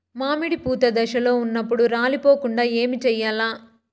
మామిడి పూత దశలో ఉన్నప్పుడు రాలిపోకుండ ఏమిచేయాల్ల?